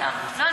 לא,